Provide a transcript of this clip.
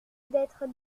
d’être